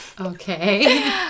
Okay